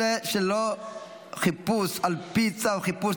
17) (חיפוש שלא על פי צו חיפוש,